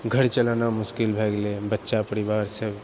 घर चलेनाइ मुश्किल भए गेलै बच्चा परिवार सभ